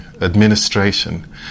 administration